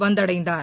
வந்தடைந்தார்